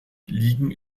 liegen